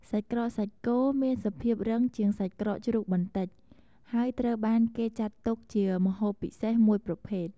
សាច់ក្រកសាច់គោ មានសភាពរឹងជាងសាច់ក្រកជ្រូកបន្តិច ហើយត្រូវបានគេចាត់ទុកជាម្ហូបពិសេសមួយប្រភេទ។